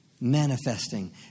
manifesting